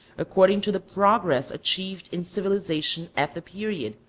according to the progress achieved in civilization at the period,